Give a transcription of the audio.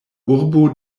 urbo